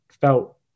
felt